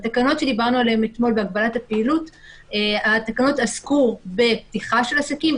התקנות שדיברנו עליהן אתמול בהגבלת הפעילות עסקו בפתיחה של עסקים,